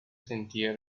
sentía